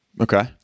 Okay